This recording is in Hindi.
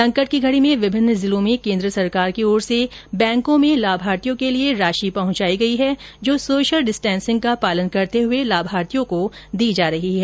संकट की घड़ी में विभिन्न जिलों में केंद्र सरकार की ओर से बैंकों में लाभार्थी के लिए राशि पहुंचायी गयी है जो सोशियल डिस्टेसिंग का पालन करते हुए लाभार्थियों को दी जा रही है